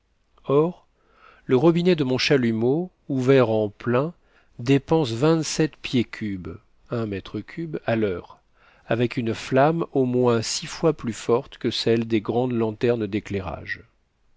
or le robinet de mon chalumeau ouvert en plein dépense vingt-sept pieds cubes à l'heure avec une flamme au moins six fois plus forte que celle des grandes lanternes d'éclairage